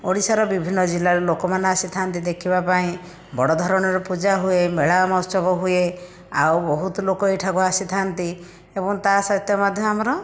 ଓଡ଼ିଶାର ବିଭିନ୍ନ ଜିଲ୍ଲାର ଲୋକମାନେ ଆସିଥାନ୍ତି ଦେଖିବା ପାଇଁ ବଡ଼ ଧରଣର ପୂଜା ହୁଏ ମେଳା ମହୋତ୍ସବ ହୁଏ ଆଉ ବହୁତ ଲୋକ ଏଠାକୁ ଆସିଥାନ୍ତି ଏବଂ ତା ସହିତ ମଧ୍ୟ ଆମର